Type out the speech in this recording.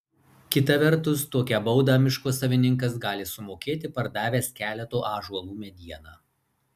kita vertus tokią baudą miško savininkas gali sumokėti pardavęs keleto ąžuolų medieną